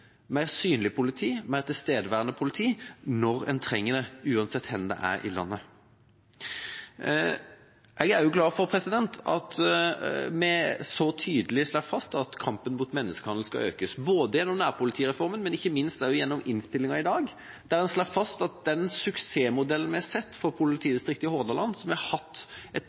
mer synlig politi og mer tilstedeværende politi når en trenger det, uansett hvor det er i landet. Jeg er også glad for at vi så tydelig slår fast at kampen mot menneskehandel skal økes, både gjennom nærpolitireformen og ikke minst i innstillinga i dag. Her slås det fast at suksessmodellen fra Hordaland politidistrikt hvor et dedikert team har jobbet med å bekjempe menneskehandel og avslørt halvparten av sakene knyttet til menneskehandel i